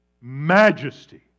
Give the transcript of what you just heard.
majesty